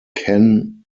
ken